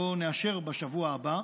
שאותו נאשר בשבוע הבא,